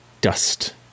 dust